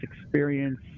experience